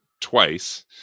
twice